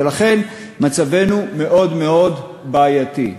ולכן מצבנו מאוד מאוד בעייתי.